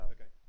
Okay